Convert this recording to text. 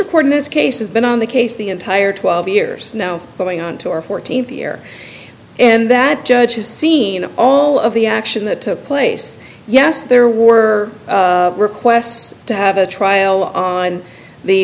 court in this case has been on the case the entire twelve years now going on to our fourteenth year and that judge has seen all of the action that took place yes there were requests to have a trial on the